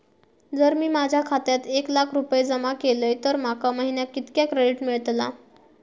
जर मी माझ्या खात्यात एक लाख रुपये जमा केलय तर माका महिन्याक कितक्या क्रेडिट मेलतला?